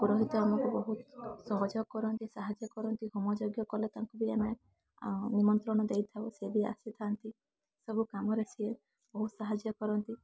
ପୁରୋହିତେ ଆମକୁ ବହୁତ ସହଯୋଗ କରନ୍ତି ସାହାଯ୍ୟ କରନ୍ତି ହୋମ ଯଜ୍ଞ କଲେ ତାଙ୍କୁ ବି ଆମେ ନିମନ୍ତ୍ରଣ ଦେଇଥାଉ ସେ ବି ଆସିଥାନ୍ତି ସବୁ କାମରେ ସିଏ ବହୁତ ସାହାଯ୍ୟ କରନ୍ତି